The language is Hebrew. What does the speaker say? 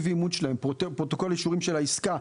פרוטוקול אישורים של העסקה.